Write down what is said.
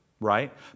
right